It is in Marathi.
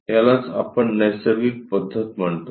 यालाच आपण नैसर्गिक पद्धत म्हणतो